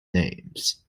names